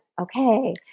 okay